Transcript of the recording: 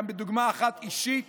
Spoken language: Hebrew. גם בדוגמה אחת אישית